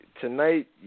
tonight